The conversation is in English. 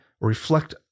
reflect